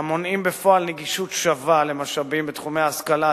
המונעים בפועל נגישות שווה של משאבים בתחומי ההשכלה,